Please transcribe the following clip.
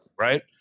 Right